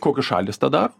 kokios šalys tą daro